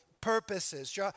purposes